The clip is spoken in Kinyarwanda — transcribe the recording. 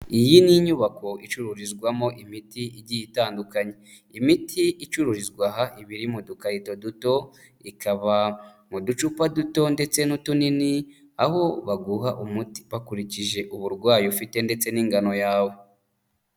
Iyi ni inyubako icururizwamo imiti igiye itandukanye. Imiti icururizwa aha iba iri mu dukayito duto, ikaba mu ducupa duto ndetse n'utunini, aho baguha umuti bakurikije uburwayi ufite ndetse n'ingano yawe.